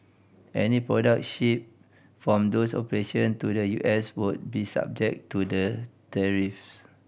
any product shipped from those operation to the U S would be subject to the tariffs